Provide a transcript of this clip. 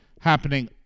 happening